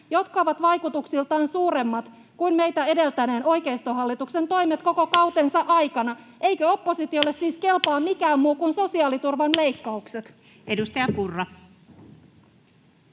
jotka ovat vaikutuksiltaan suuremmat kuin meitä edeltäneen oikeistohallituksen toimet koko kautensa aikana. Eikö oppositiolle siis kelpaa mikään muu kuin sosiaaliturvan leikkaukset? [Speech 82]